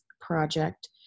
Project